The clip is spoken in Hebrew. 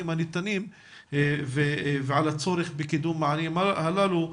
הניתנים ועל הצורך בקידום המענים הללו.